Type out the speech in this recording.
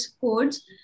codes